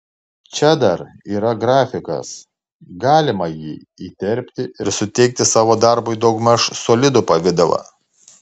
čia dar yra grafikas galima jį įterpti ir suteikti savo darbui daugmaž solidų pavidalą